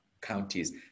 counties